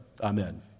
amen